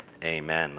Amen